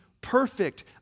perfect